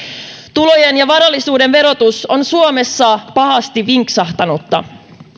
tulojen ja varallisuuden verotus on suomessa pahasti vinksahtanutta